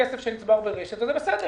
כסף שנצבר ברש"ת, וזה בסדר.